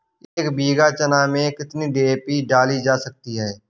एक बीघा चना में कितनी डी.ए.पी डाली जा सकती है?